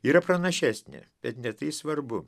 yra pranašesnė bet ne tai svarbu